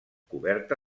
coberta